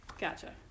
Gotcha